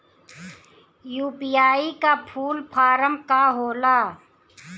UPI का full form का होला?